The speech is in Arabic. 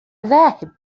ذاهب